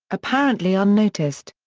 apparently unnoticed.